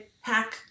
hack